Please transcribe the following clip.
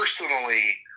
personally